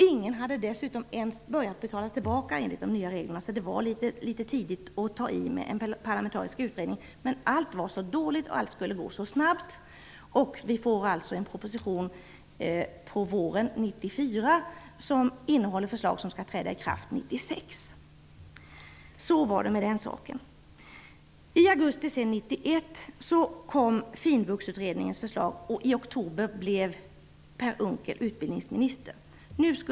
Ingen hade ens börjat betala tillbaka enligt de nya reglerna, så det var litet tidigt att ta i med en parlamentarisk utredning. Men allt var så dåligt, och allt skulle gå så snabbt. Vi får alltså på våren 1994 en proposition, som innehåller förslag som skall träda i kraft 1996. I augusti 1991 kom FINVUX-utredningens förslag, och i oktober blev Per Unckel utbildningsminister.